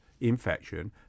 infection